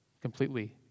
completely